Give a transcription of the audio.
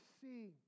see